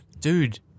Dude